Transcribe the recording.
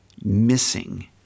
missing